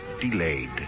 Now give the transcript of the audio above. delayed